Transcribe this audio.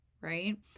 right